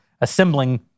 assembling